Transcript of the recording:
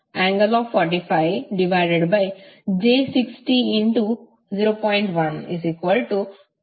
ಆದ್ದರಿಂದ IVjωL12∠45j600